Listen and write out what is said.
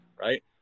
right